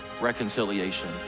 reconciliation